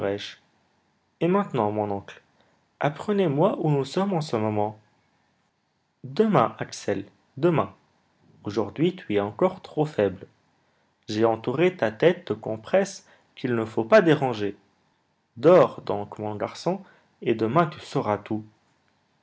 et maintenant mon oncle apprenez-moi où nous sommes en ce moment demain axel demain aujourd'hui tu es encore trop faible j'ai entouré ta tête de compresses qu'il ne faut pas déranger dors donc mon garçon et demain tu sauras tout